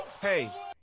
Hey